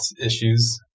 issues